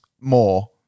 more